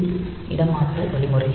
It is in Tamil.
இது இடமாற்று வழிமுறை